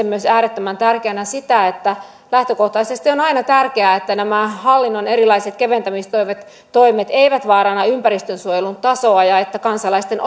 myös itse äärettömän tärkeänä sitä että lähtökohtaisesti on on aina tärkeää että nämä hallinnon erilaiset keventämistoimet eivät vaaranna ympäristönsuojelun tasoa ja että kansalaisten